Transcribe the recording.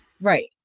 Right